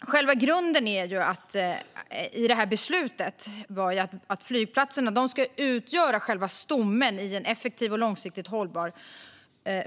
Själva grunden i beslutet var att flygplatserna ska utgöra stommen i ett effektivt och långsiktigt hållbart